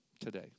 today